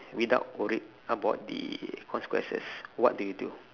without worried about the consequences what do you do